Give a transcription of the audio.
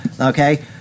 okay